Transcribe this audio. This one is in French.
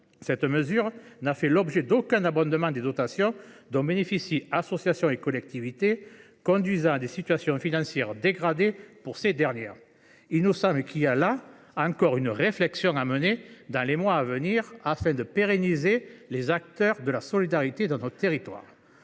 cette mesure n’a fait l’objet d’aucun abondement des dotations dont bénéficient associations et collectivités, conduisant à des situations financières dégradées pour ces dernières. Il nous semble qu’il y a, là encore, une réflexion à mener dans les mois à venir afin de pérenniser les acteurs de la solidarité dans nos territoires.